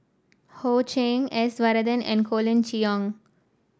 Ho Ching S Varathan and Colin Cheong